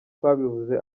twabivuze